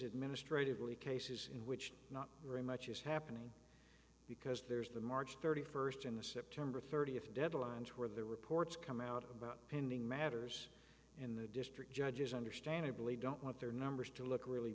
administratively cases in which not very much is happening because there's the march thirty first in the september thirtieth deadline to where the reports come out about pending matters in the district judges understandably don't want their numbers to look really